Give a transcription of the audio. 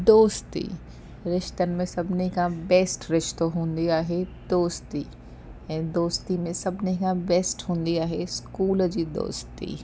दोस्ती रिश्तनि में सभिनी खां बेस्ट रिश्तो हूंदी आहे दोस्ती ऐं दोस्ती में सभिनी खां बेस्ट हूंदी आहे स्कूल जी दोस्ती